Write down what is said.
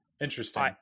Interesting